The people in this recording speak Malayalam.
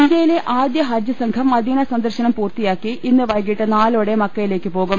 ഇന്ത്യയിലെ ആദ്യ ഹജ്ജ് സംഘം മദ്ദീന സന്ദർശനം പൂർത്തി യാക്കി ഇന്ന് വൈകിട്ട് നാലോടെ മക്ക്യിലേക്ക് പോകും